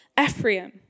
Ephraim